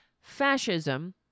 fascism